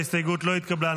ההסתייגות לא התקבלה.